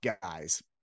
guys